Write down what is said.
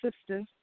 sister's